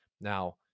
Now